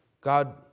God